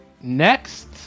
Next